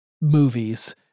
movies